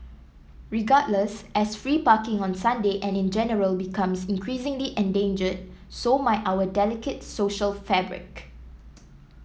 regardless as free parking on Sunday and in general becomes increasingly endangered so might our delicate social fabric